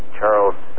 Charles